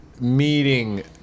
meeting